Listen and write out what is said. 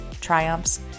triumphs